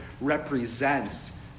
represents